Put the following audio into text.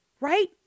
Right